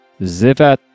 Zivat